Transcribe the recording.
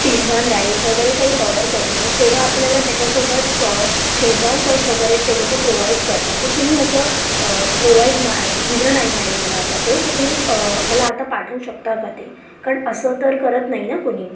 Schezwan rice वगैरे काही order करतो तेव्हा आपल्याला त्याच्यासोबत सॉस शेजवान सॉस वगैरे ते लोकं प्रोवाइड करतात तर तुम्ही असं प्रोवाइड ना दिलं नाही आहे मला आता ते तर तुम्ही मला आता पाठवू शकता का ते कारण असं तर करत नाही ना कुणी